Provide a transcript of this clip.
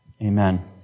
Amen